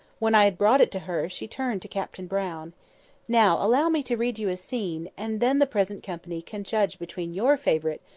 when i had brought it to her, she turned to captain brown now allow me to read you a scene, and then the present company can judge between your favourite,